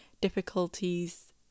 difficulties